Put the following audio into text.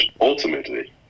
ultimately